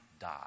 die